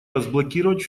разблокировать